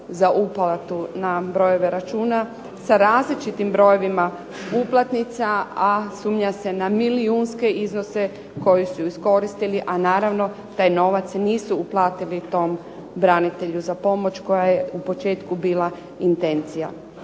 za uplatu na brojeve računa sa različitim brojevima uplatnica, a sumnja se na milijunske iznose koje su iskoristili a naravno taj novac nisu uplatiti tom branitelju za pomoć koja je u početku bila intencija.